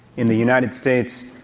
in the united states,